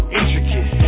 intricate